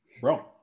bro